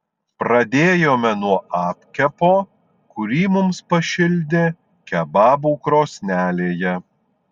pradėjome nuo apkepo kurį mums pašildė kebabų krosnelėje